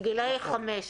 בגילאי חמש,